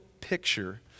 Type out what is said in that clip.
picture